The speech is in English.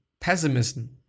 pessimism